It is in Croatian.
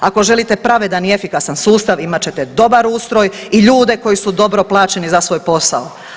Ako želite pravedan i efikasan sustav imat ćete dobar ustroj i ljude koji su dobro plaćeni za svoj posao.